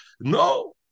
No